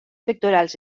pectorals